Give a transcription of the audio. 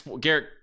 Garrett